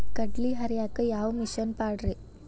ಕಡ್ಲಿ ಹರಿಯಾಕ ಯಾವ ಮಿಷನ್ ಪಾಡ್ರೇ?